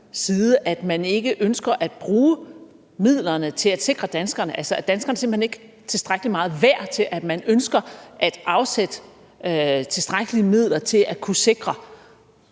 side, at man ikke ønsker at bruge midlerne til at sikre danskerne, altså at danskerne simpelt hen ikke er tilstrækkelig meget værd til, at man ønsker at afsætte tilstrækkelige midler til at kunne sikre